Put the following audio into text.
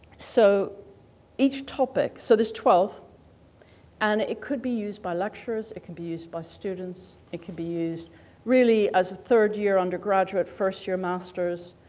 so each topic, so there's twelve and it could be used by lecturers, it can be used by students, it can be used really as a third-year undergraduate, first-year masters.